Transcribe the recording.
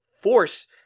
force